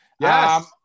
yes